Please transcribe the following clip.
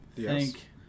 Thank